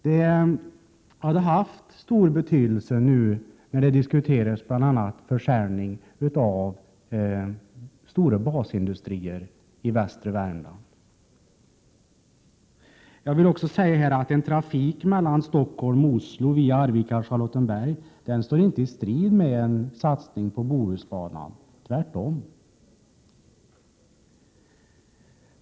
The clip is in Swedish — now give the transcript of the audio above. Det hade haft stor betydelse nu, när bl.a. försäljning av stora basindustrier i västra Värmland diskuteras. Jag vill också säga att en trafik mellan Stockholm och Oslo via Charlottenberg och Arvika inte står i strid med en satsning på Bohusbanan, tvärtom.